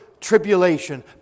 tribulation